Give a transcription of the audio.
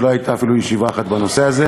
שלא הייתה אפילו ישיבה אחת בנושא הזה,